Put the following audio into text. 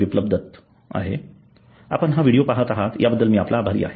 बीप्लब दत्त आहे आपण हा व्हिडिओ पाहत आहात या बद्दल मी आपला आभारी आहे